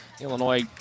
Illinois